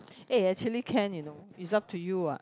eh actually can you know it's up to you what